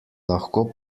lahko